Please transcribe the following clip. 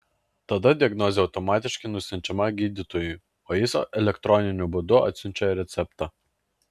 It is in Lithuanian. tada diagnozė automatiškai nusiunčiama gydytojui o jis elektroniniu būdu atsiunčia receptą